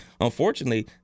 Unfortunately